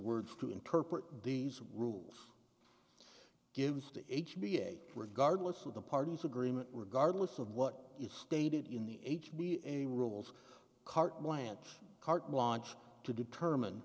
word to interpret these rules gives the h b a regardless of the parties agreement regardless of what is stated in the h b a rules carte blanche carte blanche to determine